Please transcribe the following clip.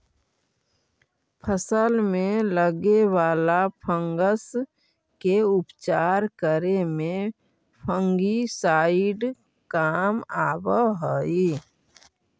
फसल में लगे वाला फंगस के उपचार करे में फंगिसाइड काम आवऽ हई